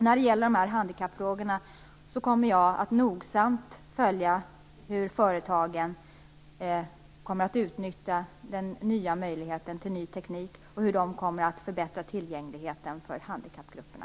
När det gäller handikappfrågorna kommer jag att nogsamt följa hur företagen utnyttjar möjligheten till ny teknik och hur de kommer att förbättra tillgängligheten för handikappgrupperna.